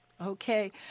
Okay